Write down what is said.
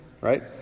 right